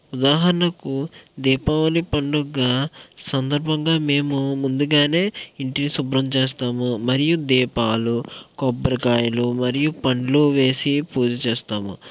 ఉదాహరణకు దీపావళి పండుగ సందర్భంగా మేము ముందుగానే ఇంటిని శుభ్రం చేస్తాము మరియు దీపాలు కొబ్బరికాయలు మరియు పండ్లు వేసి ఈ పూజ చేస్తాము